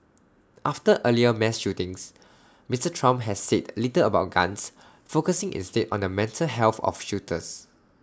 after earlier mass shootings Mister Trump has said little about guns focusing instead on the mental health of shooters